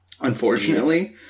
unfortunately